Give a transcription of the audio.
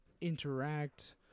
interact